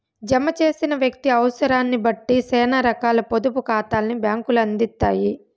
జమ చేసిన వ్యక్తి అవుసరాన్నిబట్టి సేనా రకాల పొదుపు కాతాల్ని బ్యాంకులు అందిత్తాయి